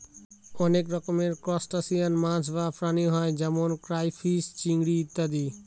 অনেক রকমের ত্রুসটাসিয়ান মাছ বা প্রাণী হয় যেমন ক্রাইফিষ, চিংড়ি ইত্যাদি